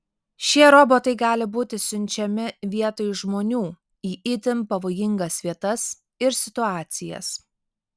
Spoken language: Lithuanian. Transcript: šie robotai gali būti siunčiami vietoj žmonių į itin pavojingas vietas ir situacijas